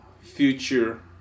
future